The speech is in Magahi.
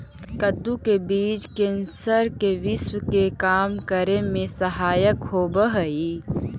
कद्दू के बीज कैंसर के विश्व के कम करे में सहायक होवऽ हइ